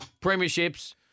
Premierships